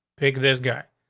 pick this guy,